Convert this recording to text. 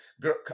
girl